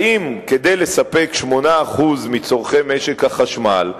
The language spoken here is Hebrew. האם כדי לספק 8% מצורכי משק החשמל,